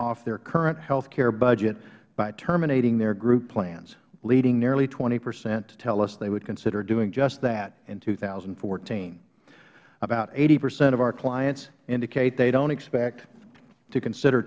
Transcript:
off their current health care budget by terminating their group plans leading nearly twenty percent to tell us they would consider doing just that in two thousand and fourteen about eighty percent of our clients indicate they don't expect to consider